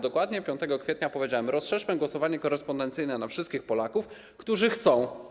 Dokładnie 5 kwietnia powiedziałem: rozszerzmy głosowanie korespondencyjne na wszystkich Polaków, którzy chcą.